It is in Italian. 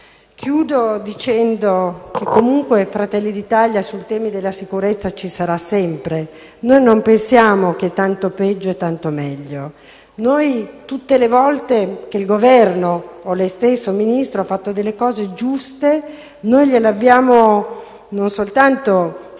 dicendo che comunque il Gruppo Fratelli d'Italia sui temi della sicurezza ci sarà sempre. Noi non pensiamo che tanto peggio tanto meglio. Tutte le volte che il Governo o lei stesso, signor Ministro, ha fatto delle cose giuste, lo abbiamo non soltanto